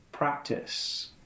practice